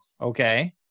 Okay